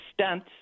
stents